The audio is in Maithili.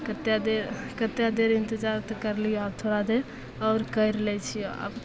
कतेक देर कतेक देर इन्तजार तऽ करलिअऽ आब थोड़ा देर आओर करि लै छिअऽ आब